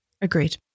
Agreed